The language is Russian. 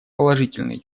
положительные